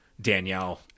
Danielle